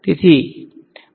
તેથી માટે